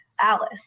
Alice